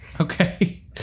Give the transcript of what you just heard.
Okay